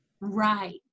Right